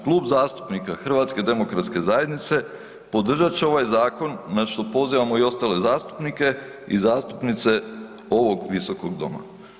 Klub zastupnika HDZ-a podržat će ovaj zakon na što pozivamo i ostale zastupnike i zastupnice ovog visokog doma.